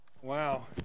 wow